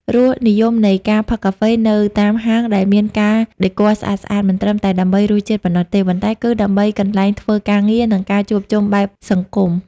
រសនិយមនៃការផឹកកាហ្វេនៅតាមហាងដែលមានការដេគ័រស្អាតៗ មិនត្រឹមតែដើម្បីរសជាតិប៉ុណ្ណោះទេ ប៉ុន្តែគឺដើម្បីកន្លែងធ្វើការងារ និងការជួបជុំបែបសង្គម។